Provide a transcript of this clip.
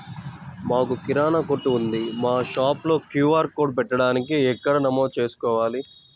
మాకు కిరాణా కొట్టు ఉంది మా షాప్లో క్యూ.ఆర్ కోడ్ పెట్టడానికి ఎక్కడ నమోదు చేసుకోవాలీ?